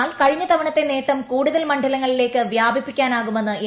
എന്നാൽ കഴിഞ്ഞ തവണത്തെ നേട്ടം കൂടുതൽ മണ്ഡലങ്ങളിലേക്ക് വ്യാപിപ്പിക്കാനാകുമെന്ന് അവകാശപ്പെടുന്നു